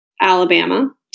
Alabama